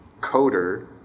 coder